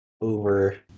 over